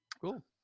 cool